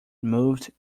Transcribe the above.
moved